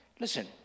listen